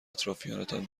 اطرافیانتان